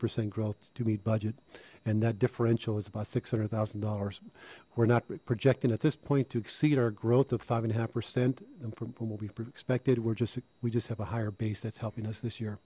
percent growth to meet budget and that differential is about six hundred thousand dollars we're not projecting at this point to exceed our growth of five and a half percent then we'll be expected we're just we just have a higher base that's helping us this year